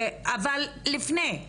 אבל עוד לפני,